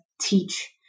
teach